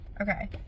okay